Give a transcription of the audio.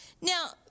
Now